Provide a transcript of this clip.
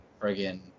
friggin